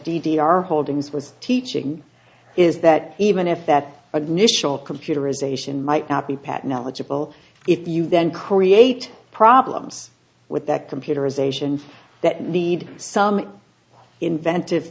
r holding's was teaching is that even if that nischelle computerization might not be pat knowledgeable if you then create problems with that computerization that need some inventive